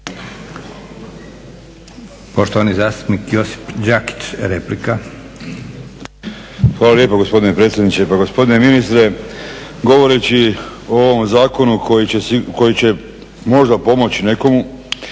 Poštovani zastupnik Josip Đakić, replika. **Đakić, Josip (HDZ)** Hvala lijepo gospodine predsjedniče. Pa gospodine ministre, govoreći o ovom zakonu koji će možda pomoći nekomu